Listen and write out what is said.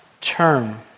term